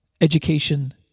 education